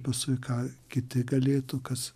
paskui ką kiti galėtų kas